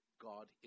God